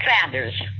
Sanders